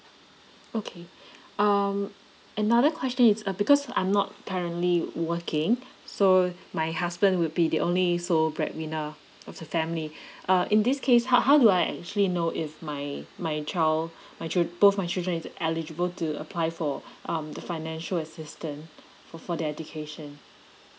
okay um another question it's a because I'm not currently working so my husband would be the only sole breadwinner of the family uh in this case how how do I actually know if my my child my chil~ both my children is eligible to apply for um the financial assistance for for their education